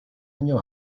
año